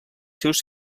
seus